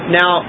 now